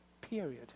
Period